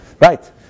right